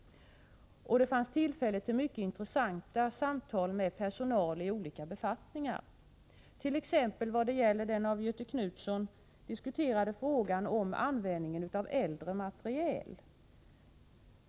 Det fanns tillfälle till mycket intressanta samtal med personal i olika befattningar, t.ex. om den av Göthe Knutson diskuterade frågan om användningen av äldre materiel.